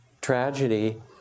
tragedy